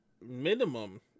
minimum